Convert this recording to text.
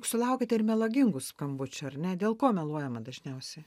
sulaukiate ir melagingų skambučių ar ne dėl ko meluojama dažniausiai